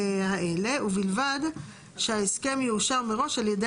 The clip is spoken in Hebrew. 78כז. ובלבד שההסכם יאושר מראש על ידי